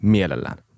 Mielellään